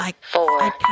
four